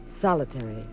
solitary